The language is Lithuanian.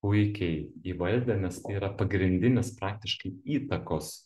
puikiai įvaldė nes tai yra pagrindinis praktiškai įtakos